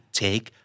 take